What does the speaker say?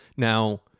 Now